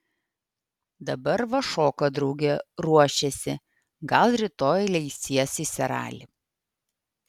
dabar va šoka drauge ruošiasi gal rytoj leis jas į seralį